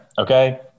okay